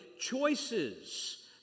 choices